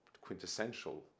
quintessential